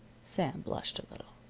sam blushed a little.